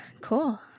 Cool